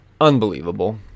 unbelievable